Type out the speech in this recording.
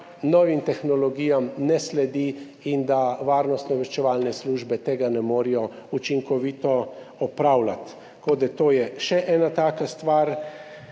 novim tehnologijam ne sledi in da varnostno-obveščevalne službe tega ne morejo učinkovito opravljati. Tako da je to še ena taka stvar.